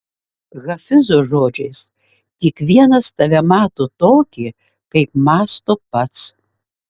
hafizo žodžiais kiekvienas tave mato tokį kaip mąsto pats